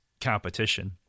competition